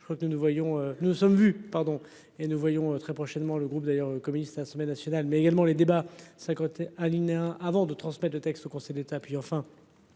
je crois que nous nous voyons, nous sommes vus, pardon, et nous voyons très prochainement. Le groupe d'ailleurs communiste la semaine nationale mais également les débats sa. Alinéa avant de transmettre le texte au Conseil d'État puis enfin.--